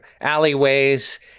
alleyways